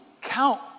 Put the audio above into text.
count